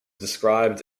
described